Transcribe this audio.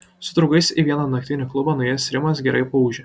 su draugais į vieną naktinį klubą nuėjęs rimas gerai paūžė